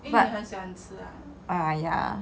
but ah ya